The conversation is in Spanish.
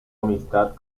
amistad